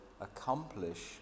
accomplish